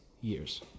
Years